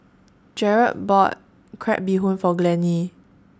Jered bought Crab Bee Hoon For Glennie